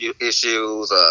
issues